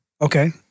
Okay